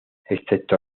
excepto